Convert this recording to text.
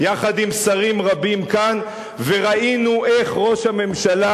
יחד עם שרים רבים כאן וראינו איך ראש הממשלה